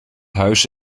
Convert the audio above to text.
huis